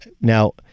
now